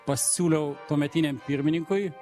pasiūliau tuometiniam pirmininkui